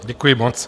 Děkuji moc.